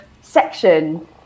section